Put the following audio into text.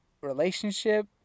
relationship